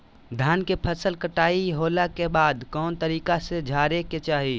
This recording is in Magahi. धान के फसल कटाई होला के बाद कौन तरीका से झारे के चाहि?